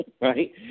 right